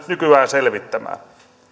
nykyään selvittämään